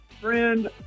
friend